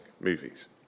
movies